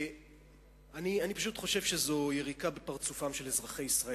אני פשוט חושב שזו יריקה בפרצופם של אזרחי ישראל.